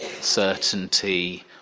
certainty